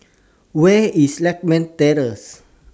Where IS Lakme Terrace